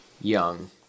Young